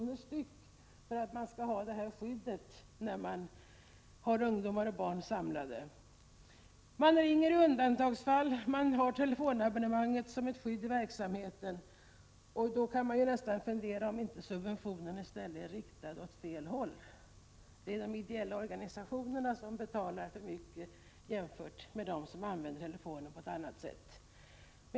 — detta alltså för att föreningarna skall ha det här skyddet då de har barn och ungdomar samlade. Man ringer i undantagsfall, man har telefonabonnemanget som ett skydd i verksamheten. Då kan vi nästan undra om subventionen inte är riktad åt fel håll: det är de ideella organisationerna som betalar för mycket jämfört med dem som använder telefonen på annat sätt.